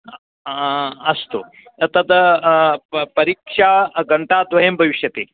अस्तु तद् परीक्षा घण्टाद्वयं भविष्यति